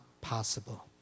possible